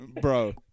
Bro